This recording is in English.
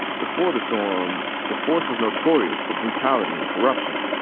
before the storm, the force was notorious for brutality and corruption.